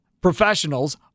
professionals –